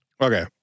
Okay